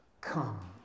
Come